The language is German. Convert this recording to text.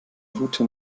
route